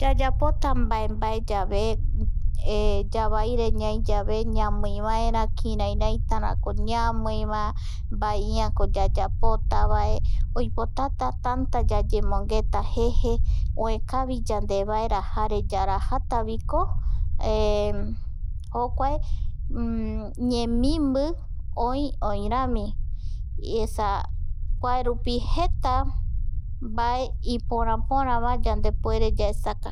Yayapota mbae, mbaeyave yavaire ñai yave ñamiivaera kirairaitarako ñamiiva mbae iako yayapotavae oipotata tanta yayemongeta jeje oekavi yande vaera jare yarajataviko jokuae ñemimbi oi oiramii, esa jetaa mbae ipora pora vae yandepuere yaesak